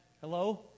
Hello